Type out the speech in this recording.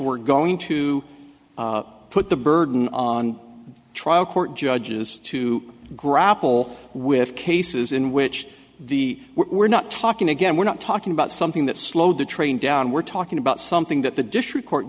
we're going to put the burden on trial court judges to grapple with cases in which the we're not talking again we're not talking about something that slowed the train down we're talking about something that the district court